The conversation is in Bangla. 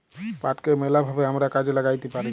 পাটকে ম্যালা ভাবে আমরা কাজে ল্যাগ্যাইতে পারি